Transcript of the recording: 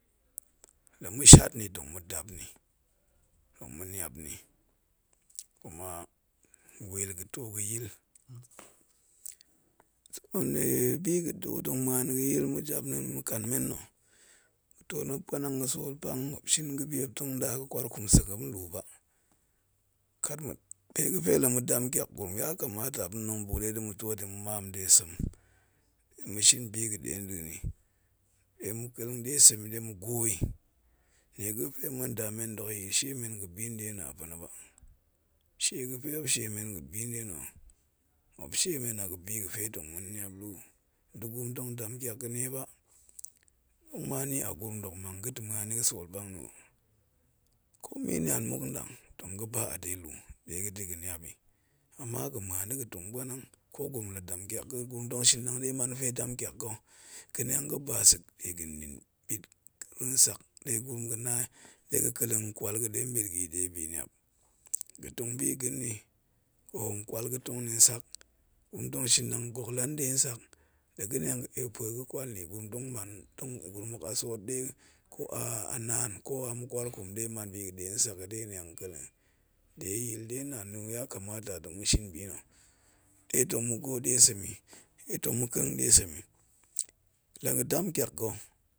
La ma̱ shiat ni, tong madap ni tong ma̱niap ni, kuma weel ga̱tro ga̱yil nnie biga̱ too tong muan yi ga̱yil, ma̱japna̱a̱n ma̱kang men nna̱ ma̱twoot muop puan ga̱sol pang, muop shin ga̱pe muop tong ɗa maa̱kwaarkum sek muop nluba kat muop mpe ga̱pe lamaa dam tyak gurum, ya kamata muop ɗin tong buk ɗe ma̱twoot yi ma̱ maam de sem, ɗe mashin biga̱ ɗe nɗa̱a̱n yi, ɗe ma̱ kelleng ɗie sem yi ɗe ma̱goo yi, nnie ga̱pe ma̱nda men dok ya̱a̱l men ga̱bi nɗe a nna a pa̱na̱ ba shie ga̱bi nɗe nna̱ muop shie men a biga̱bi ga̱fe tong ma̱niap lu, nda̱gurum tong dam tyak ga̱nie ba, ama ni a gurum dok mang ga̱ ta̱ muan nni ga̱sol pang nna̱ hok ko mi nian muk nɗang tong ga̱ ba a de lu ɗe ga̱da̱ ga̱niap yi ama ga̱ muan da̱ga̱ tong puanang, ko gurum la dam tyak ga̱ gurum tong shin anɗang ɗesa̱ man yi ga̱fe dam tyak ga̱. Ga̱niang ga̱ba sek dega̱nin ɓit ra̱a̱n sak ɗe gurum ga̱na ɗega̱ kelleng kwal ga̱ɗe mɓet ga̱yi de biniap, ga̱tong biga̱n nni, ga̱ hoom kwal ga̱tong nni nsak gurum tong shin ndang gok la nɗer nsak la ganiang ga̱ eep pue ga̱ ga̱kwal nni gurum tong man, gurum hok a tsoot ɗe, ko a naan ko a makwarkun ɗe man biga̱ ɗe nsak ko niang ga̱ kelleng, de yil de n'aan ya kamata tong shin binna̱ ɗe tong ma̱ goo sem yi, ɗe tong ma̱kelleng ɗie sem yi la ga̱ dam tyak ga